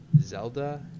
Zelda